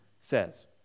says